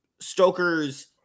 Stoker's